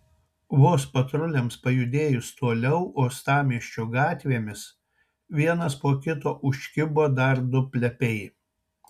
vos patruliams pajudėjus toliau uostamiesčio gatvėmis vienas po kito užkibo dar du plepiai